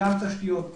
גם תשתיות,